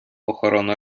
охорона